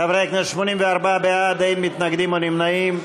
חברי הכנסת, 84 בעד, אין מתנגדים או נמנעים.